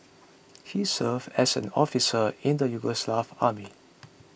he served as an officer in the Yugoslav army